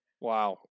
Wow